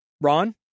Ron